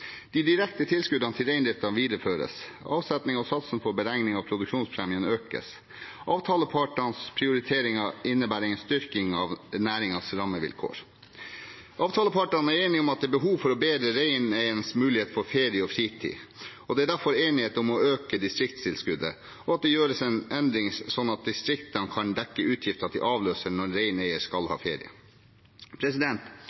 De direkte tilskuddene til reindriften videreføres. Avsetningen og satsen for beregning av produksjonspremien økes. Avtalepartenes prioriteringer innebærer en styrking av næringens rammevilkår. Avtalepartene er enige om at det er behov for å bedre reineiernes mulighet for ferie og fritid. Det er derfor enighet om å øke distriktstilskuddet, og at det gjøres en endring slik at distriktene kan dekke utgifter til avløser når reineierne skal